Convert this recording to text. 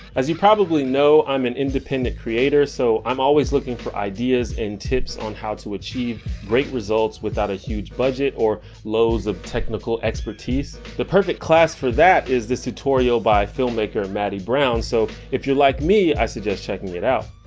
as you probably know, i'm an independent creator, so i'm always looking for ideas and tips on how to achieve great results without a huge budget or loads of technical expertise. the perfect class for that is this tutorial by filmmaker matty brown, so if you're like me i suggest checking it out.